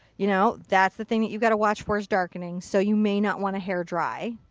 you know. that's the thing that you got to watch for is darkening. so you may not want to hair dry.